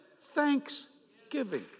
thanksgiving